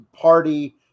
party